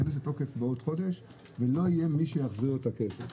ייכנס לתוקף בעוד חודש ולא יהיה מי שיחזיר את הכסף.